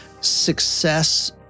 success